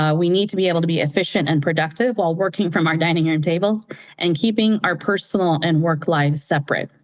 ah we need to be able to be efficient and productive while working from our dining room and tables and keeping our personal and work lives separate.